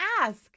ask